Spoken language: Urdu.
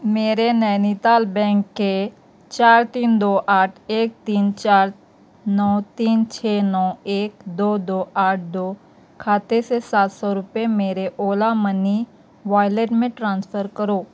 میرے نینیتال بینک کے چار تین دو آٹھ ایک تین چار نو تین چھ نو ایک دو دو آٹھ دو کھاتے سے سات سو روپے میرے اولا منی والیٹ میں ٹرانسفر کرو